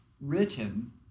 written